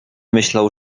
myślał